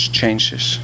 changes